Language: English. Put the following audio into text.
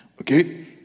Okay